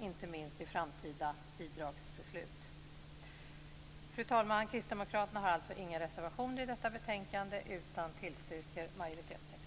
inte minst i framtida bidragsbeslut. Fru talman! Kristdemokraterna har alltså inga reservationer i detta betänkande utan tillstyrker majoritetstexten.